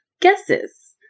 guesses